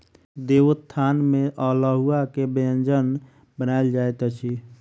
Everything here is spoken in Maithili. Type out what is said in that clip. देवोत्थान में अल्हुआ के व्यंजन बनायल जाइत अछि